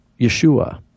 Yeshua